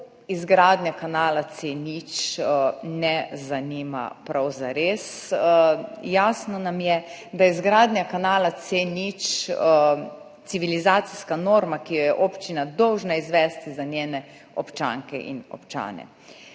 izgradnja kanala C0 ne zanima prav zares. Jasno nam je, da je izgradnja kanala C0 civilizacijska norma, ki jo je občina dolžna izvesti za njene občanke in občane.